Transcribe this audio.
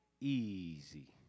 easy